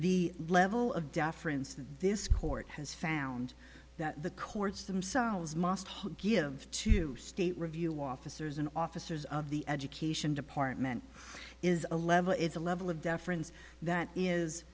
the level of deference that this court has found that the courts themselves must give to state review officers and officers of the education department is a level is a level of deference that is